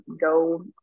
go